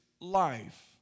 life